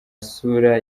sura